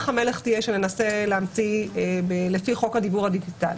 המלך תהיה שננסה להמציא לפי חוק הדיוור הדיגיטלי.